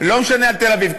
לא משנה על תל-אביב,